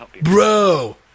Bro